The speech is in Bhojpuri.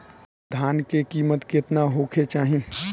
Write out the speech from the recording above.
धान के किमत केतना होखे चाही?